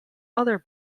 other